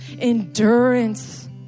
endurance